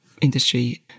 industry